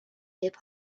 hip